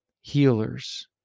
healers